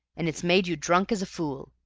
and it's made you drunk as a fool.